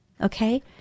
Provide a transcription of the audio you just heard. Okay